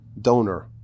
donor